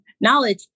knowledge